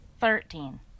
thirteen